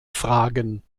fragen